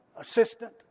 assistant